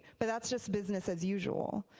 but that's just business as usual.